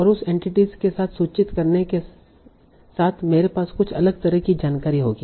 और उस एंटिटी के साथ सूचित करने के साथ मेरे पास कुछ अलग तरह की जानकारी होगी